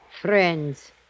Friends